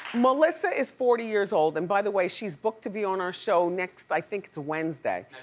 melissa is forty years old, and by the way, she's booked to be on our show next, i think it's wednesday.